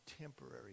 temporary